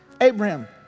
Abraham